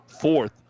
fourth